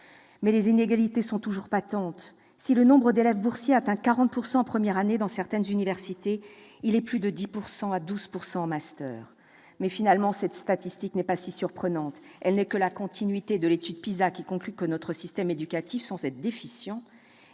les inégalités sont toujours patentes. En effet, si le taux d'élèves boursiers atteint 40 % en première année dans certaines universités, il n'est plus que de 10 % à 12 % en master. Cette statistique n'est pas si surprenante : elle n'est que la continuité de l'étude PISA, qui conclut que notre système éducatif, sans être déficient,